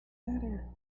matter